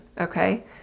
Okay